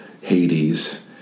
Hades